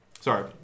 Sorry